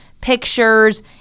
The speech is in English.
pictures